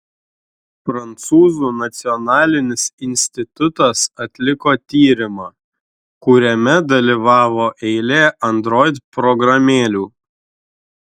prancūzų nacionalinis institutas atliko tyrimą kuriame dalyvavo eilė android programėlių